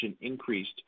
increased